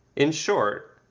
in short,